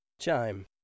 Chime